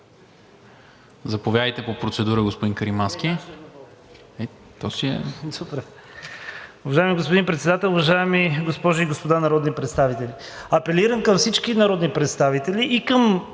Заповядайте по процедура, господин Каримански.